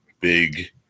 Big